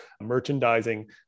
merchandising